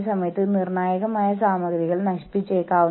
അവർ ഓർഗനൈസേഷനെ വിലമതിക്കുന്നു